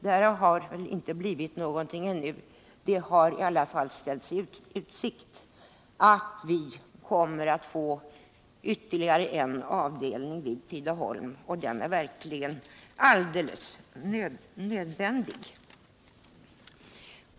Därav har inte blivit någonting ännu, men det har i alla fall ställts i utsikt att man skall få ytterligare en avdelning i Tidaholm, och den är verkligen alldeles nödvändig.